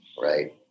right